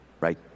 right